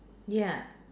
ya